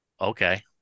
okay